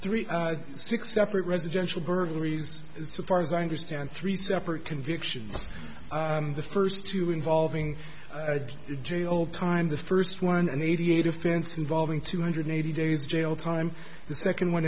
three six separate residential burglaries so far as i understand three separate convictions the first two involving jail time the first one and eighty eight offense involving two hundred eighty days jail time the second one